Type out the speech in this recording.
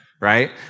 right